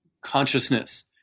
consciousness